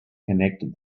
connected